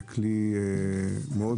ב-9:30 התחילו, המנהלת כבר הזעיקה אותי.